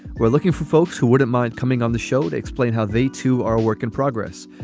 we're looking for folks who wouldn't mind coming on the show to explain how they, too, are a work in progress.